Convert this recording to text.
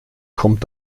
kommt